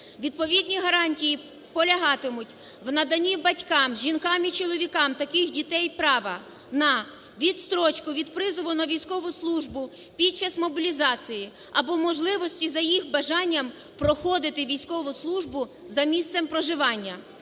Відповідні гарантії полягатимуть в наданні батькам, жінкам і чоловікам, таких дітей права на відстрочку від призову на військову службу під час мобілізації або можливості, за їх бажанням, проходити військову службу за місцем проживання.